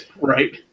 Right